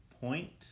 point